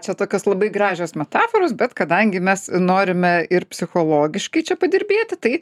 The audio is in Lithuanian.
čia tokios labai gražios metaforos bet kadangi mes norime ir psichologiškai čia padirbėti tai